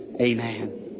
Amen